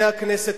מהכנסת,